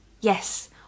yes